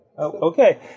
Okay